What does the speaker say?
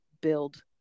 build